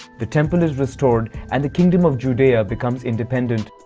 the temple is restored and the kingdom of judea becomes independent.